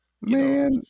Man